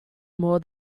more